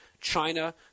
China